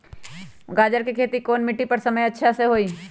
गाजर के खेती कौन मिट्टी पर समय अच्छा से होई?